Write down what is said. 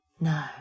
No